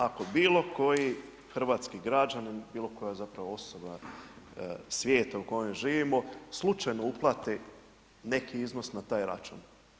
ako bilo koji hrvatski građanin ili bilo koja zapravo osoba svijeta u koje živimo slučajno uplate neki iznos na taj račun?